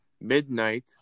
midnight